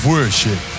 Worship